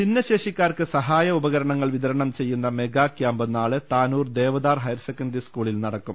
ഭിന്നശേഷിക്കാർക്ക് സഹായ ഉപകരണങ്ങൾ വിതരണം ചെയ്യുന്ന മെഗാ ക്യാമ്പ് നാളെ താനൂർ ദേവദാർ ഹയർ സെക്കന്ററി സ്കൂളിൽ നട ക്കും